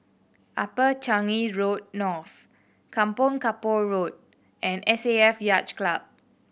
Upper Changi Road North Kampong Kapor Road and S A F Yacht Club